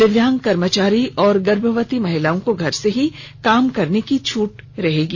दिव्यांग कर्मचारी और गर्भवती महिला को घर से ही काम करने की छूट रहेगी